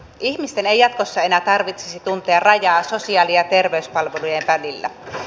ihmisten ei jatkossa enää tarvitsisi tuntea rajaa sosiaali ja terveyspalvelujen välillä